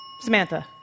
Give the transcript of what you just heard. Samantha